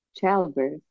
childbirth